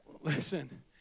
listen